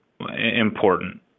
important